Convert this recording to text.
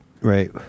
right